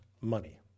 money